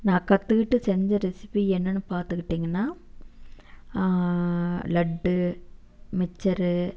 நான் ற்றுக்கிட்டு செஞ்ச ரெசிபி என்னன்னு பார்த்துக்கிட்டிங்கன்னா லட்டு மிச்சரு